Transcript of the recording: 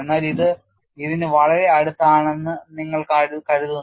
എന്നാൽ ഇത് ഇതിന് വളരെ അടുത്താണെന്ന് നിങ്ങൾ കരുതുന്നു